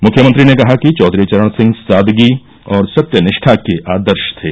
मुख्यमंत्री ने कहा कि चौधरी चरण सिंह सादगी और सत्यनिष्ठा के आदर्श थे